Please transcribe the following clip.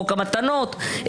חוק המתנות,